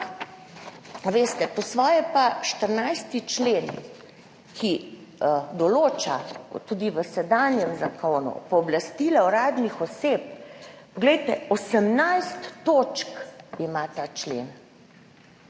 veste, po svoje pa 14. člen, ki tudi v sedanjem zakonu določa pooblastila uradnih oseb, poglejte, 18 točk ima ta člen,